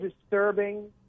disturbing